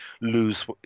lose